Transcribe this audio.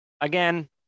Again